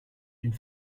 d’une